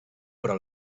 però